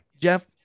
Jeff